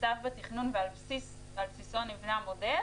שנכתב בתכנון ועל בסיסו נבנה המודל